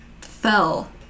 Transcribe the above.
fell